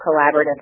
collaborative